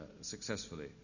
successfully